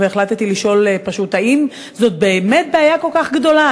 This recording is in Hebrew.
החלטתי לשאול פשוט: האם זאת באמת בעיה כל כך גדולה?